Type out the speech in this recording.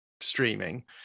streaming